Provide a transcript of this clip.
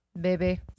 baby